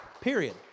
Period